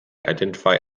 identify